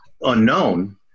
unknown